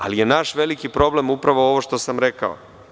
Ali je naš veliki problem upravo ovo što sam rekao.